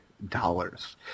dollars